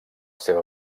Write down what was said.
seva